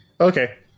Okay